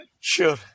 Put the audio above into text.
Sure